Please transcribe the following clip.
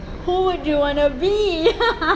who would you want to be